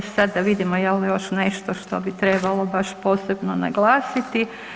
Od, e sad da vidimo je li još nešto što bi trebalo baš posebno naglasiti.